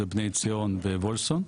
זה בני ציון וולפסון,